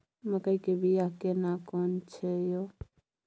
मकई के बिया केना कोन छै यो?